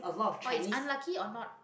orh is unlucky or not